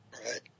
Right